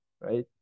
right